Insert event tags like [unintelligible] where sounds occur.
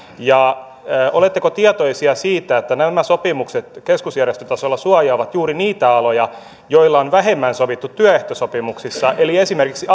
oletteko tietoisia siitä että nämä nämä sopimukset keskusjärjestötasolla suojaavat juuri niitä aloja joilla on vähemmän sovittu työehtosopimuksissa eli esimerkiksi [unintelligible]